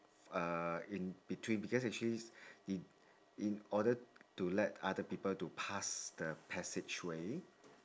uh in between because actually in in order to let other people to pass the passageway